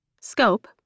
scope